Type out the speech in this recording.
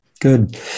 Good